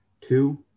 two